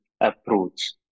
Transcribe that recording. approach